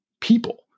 people